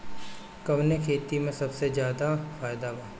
कवने खेती में सबसे ज्यादा फायदा बा?